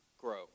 grow